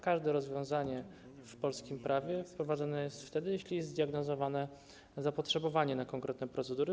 Każde rozwiązanie w polskim prawie wprowadzone jest wtedy, jeśli jest zdiagnozowane zapotrzebowanie na konkretną procedurę.